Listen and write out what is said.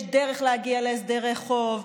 יש דרך להגיע להסדרי חוב,